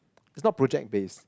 it's not project based